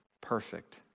perfect